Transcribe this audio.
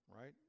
right